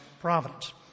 providence